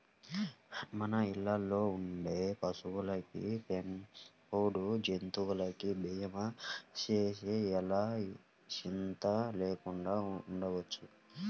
మన ఇళ్ళల్లో ఉండే పశువులకి, పెంపుడు జంతువులకి భీమా చేస్తే ఎలా చింతా లేకుండా ఉండొచ్చు